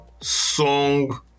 song